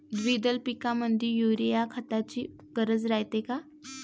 द्विदल पिकामंदी युरीया या खताची गरज रायते का?